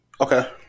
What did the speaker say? Okay